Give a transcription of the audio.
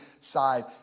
side